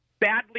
badly